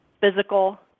physical